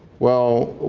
well,